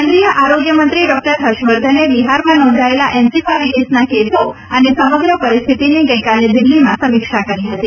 કેન્દ્રિય આરોગ્ય મંત્રી ડોકટર હર્ષવર્ધને બિહારમાં નોંધાયેલા એન્સીફાલીટીસના કેસો અને સમગ્ર પરિસ્થિતિની ગઇકાલે દિલ્હીમાં સમીક્ષા કરી હતી